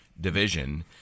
division